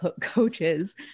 coaches